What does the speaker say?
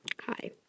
Hi